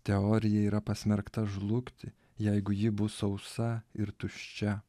teorija yra pasmerkta žlugti jeigu ji bus sausa ir tuščia